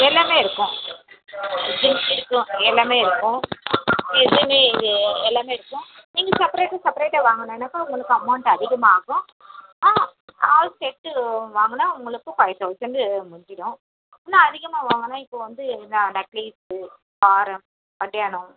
எல்லாமே இருக்கும் நெத்திச்சுட்டி இருக்கும் எல்லாமே இருக்கும் எதுவுமே இது எல்லாமே இருக்கும் நீங்கள் செப்ரெட்டு செப்ரெட்டாக வாங்கினேன்னாக்கா உங்களுக்கு அமௌண்ட் அதிகமாக ஆகும் ஆ ஆல் செட்டு வாங்கினா உங்களுக்கு ஃபைவ் தௌசண்ட் முடிஞ்சுடும் இன்னும் அதிகமாக வாங்கணும்னா இப்போது வந்து நெக்லைஸு ஹாரம் ஒட்டியாணம்